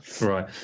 right